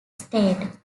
state